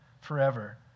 forever